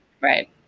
right